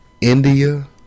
India